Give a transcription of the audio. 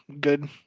good